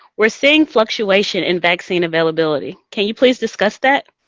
we're seeing fluctuation in vaccine availability. can you please discuss that?